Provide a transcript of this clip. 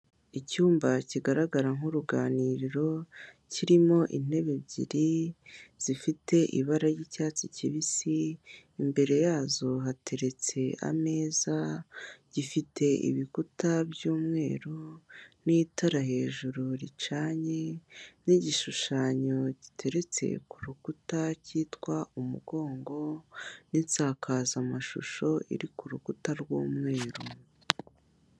Icyumba kigaragara nk'uruganiriro kirimo intebe ebyiri zifite ibara ry'icyatsi kibizi, imbere yazo hateretse ameza. Gifite ibikuta by'umweru, n'itara hejuru ricanye, n'igishushanyo giteretse ku rukuta cyitwa umugongo, n'insakazamashusho iri ku rukuta rw'umweru.